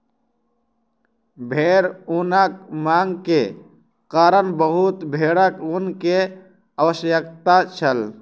भेड़ ऊनक मांग के कारण बहुत भेड़क ऊन के आवश्यकता छल